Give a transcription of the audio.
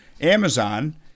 Amazon